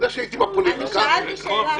שאלתי שאלה אחרת לגמרי.